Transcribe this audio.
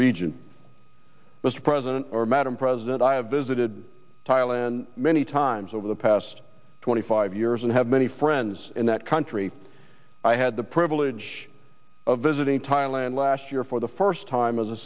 region mr president madam president i have visited thailand many times over the past twenty five years and have many friends in that country i had the privilege of visiting thailand last year for the first time as a